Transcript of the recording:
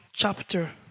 Chapter